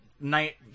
night